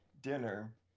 dinner